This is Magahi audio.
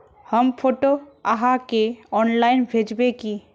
हम फोटो आहाँ के ऑनलाइन भेजबे की?